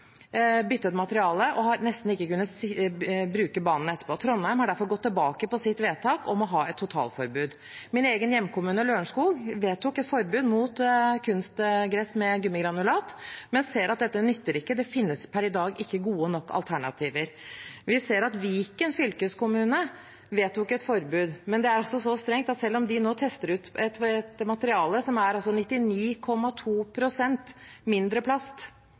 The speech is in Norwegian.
byttet materiale og har nesten ikke kunnet bruke banen etterpå. Trondheim har derfor gått tilbake på sitt vedtak om å ha et totalforbud. Min egen hjemkommune, Lørenskog, vedtok et forbud mot kunstgress med gummigranulat, men ser at dette nytter ikke. Det finnes per i dag ikke gode nok alternativer. Vi ser at Viken fylkeskommune vedtok et forbud, men det er så strengt at selv om de nå tester ut et materiale som har 99,2 pst. mindre plast,